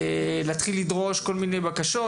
להתחיל לדרוש כל מיני בקשות,